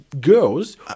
girls